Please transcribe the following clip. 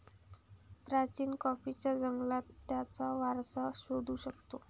प्राचीन कॉफीच्या जंगलात त्याचा वारसा शोधू शकतो